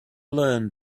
learned